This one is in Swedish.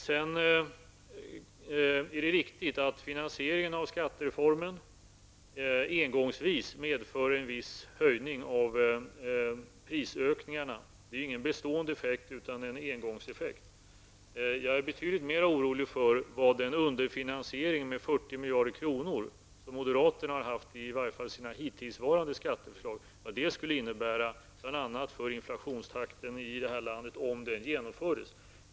Sedan är det riktigt att finansieringen av skattereformen engångsvis medför en viss höjning av priserna -- det är ingen bestående effekt utan en engångseffekt. Jag är betydligt mer orolig för vad en underfinansiering med 40 miljarder kr., som moderaterna haft, i varje fall i sina hittillsvarande skatteförslag, skulle innebära, bl.a. för inflationstakten här i landet, om det förslaget genomfördes.